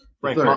Frank